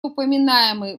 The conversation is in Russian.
упоминаемый